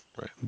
right